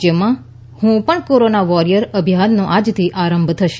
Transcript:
રાજ્યમાં હું પણ કોરોના વોરિયર અભિયાનનો આજથી આરંભ થશે